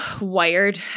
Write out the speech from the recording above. wired